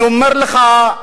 אני אומר לך,